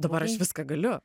dabar aš viską galiu